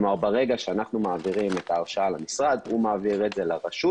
כלומר ברגע שאנחנו מעבירים את ההרשאה למשרד הוא מעביר את זה לרשות.